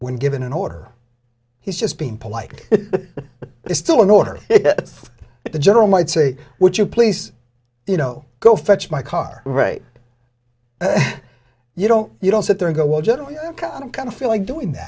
when given an order he's just being polite but it's still an order the general might say would you please you know go fetch my car right you don't you don't sit there and go i generally kind of kind of feel like doing that